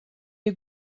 est